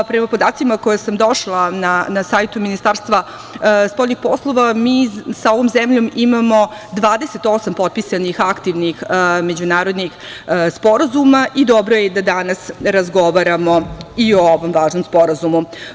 Prema podacima koje sam došla na sajtu Ministarstva spoljnih poslova, mi sa ovom zemljom imamo 28 potpisanih aktivnih međunarodnih sporazuma i dobro je i da danas razgovaramo i ovom važnom sporazumu.